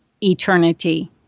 eternity